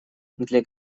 для